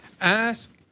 ask